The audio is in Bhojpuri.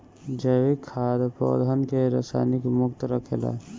जैविक खाद पौधन के रसायन मुक्त रखेला